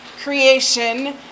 creation